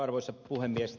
arvoisa puhemies